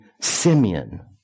Simeon